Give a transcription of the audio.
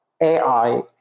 AI